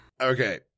Okay